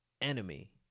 enemy